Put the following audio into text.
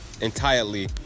entirely